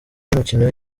y’umukino